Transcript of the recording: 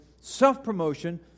self-promotion